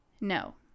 No